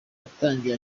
yatangiye